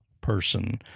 person